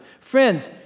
Friends